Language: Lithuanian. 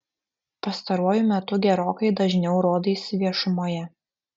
pastaruoju metu gerokai dažniau rodaisi viešumoje